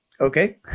Okay